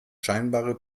scheinbare